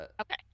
Okay